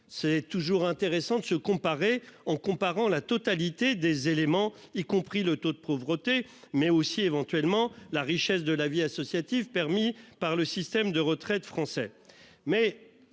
C'est toujours intéressant de se comparer, en comparant la totalité des éléments y compris le taux de pauvreté mais aussi éventuellement la richesse de la vie associative permis par le système de retraite français